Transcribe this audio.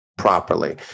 properly